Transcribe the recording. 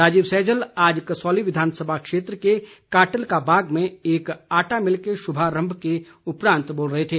राजीव सैजल आज कसौली विधानसभा क्षेत्र के काटल का बाग में एक आटा मिल के शुभारंभ के उपरांत बोल रहे थे